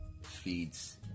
feeds